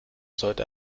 sollte